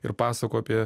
ir pasakų apie